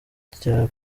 cya